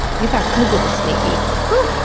you thought google was sneaky. whoop!